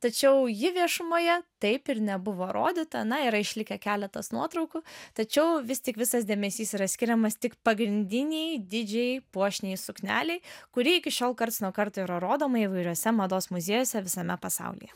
tačiau ji viešumoje taip ir nebuvo rodyta na yra išlikę keletas nuotraukų tačiau vis tik visas dėmesys yra skiriamas tik pagrindinei didžiajai puošniai suknelei kuri iki šiol karts nuo karto yra rodoma įvairiuose mados muziejuose visame pasaulyje